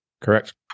correct